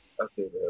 Okay